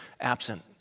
absent